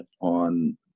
on